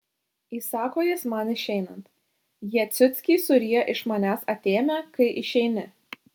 įsako jis man išeinant jie ciuckiai suryja iš manęs atėmę kai išeini